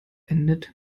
endet